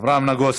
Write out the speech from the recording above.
אברהם נגוסה.